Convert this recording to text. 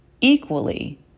equally